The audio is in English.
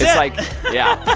like yeah.